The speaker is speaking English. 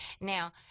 Now